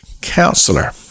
Counselor